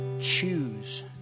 choose